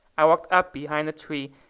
i walked up behind the tree,